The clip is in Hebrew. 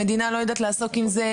המדינה לא יודעת לעסוק בזה,